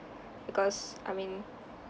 because I mean